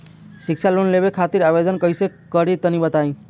शिक्षा लोन लेवे खातिर आवेदन कइसे करि तनि बताई?